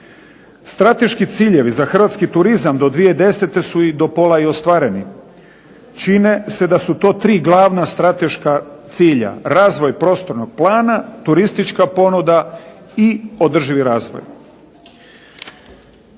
Strateški ciljevi za hrvatski turizam do 2010. su do pola i ostvareni. Čine se da su to tri glavna strateška cilja: razvoj prostornog plana, turistička ponuda i održivi razvoj.